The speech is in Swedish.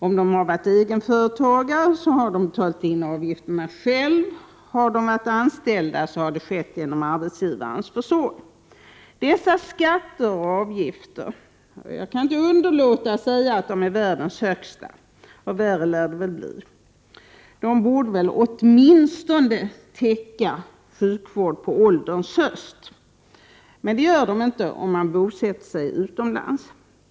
Om de varit egenföretagare har de betalat in avgifterna själva, har de varit anställda har det skett genom arbetsgivarens försorg. Dessa skatter och avgifter, som är världens högsta — och värre lär det väl bli —- borde väl åtminstone täcka sjukvård på ålderns höst, men det gör de inte om man bosätter sig utomlands.